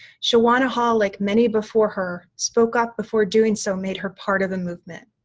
shawana hall, like many before her, spoke up before doing so made her part of the movement.